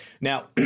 Now